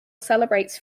celebrates